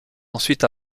ensuite